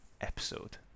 episode